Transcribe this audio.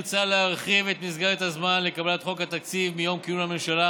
מוצע להרחיב את מסגרת הזמן לקבלת חוק התקציב מיום כינון הממשלה,